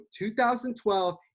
2012